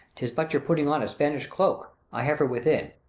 tis but your putting on a spanish cloak i have her within.